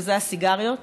שאלו הסיגריות.